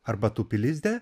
arba tupi lizde